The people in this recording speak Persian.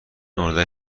اردک